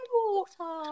water